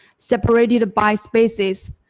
separated by spaces,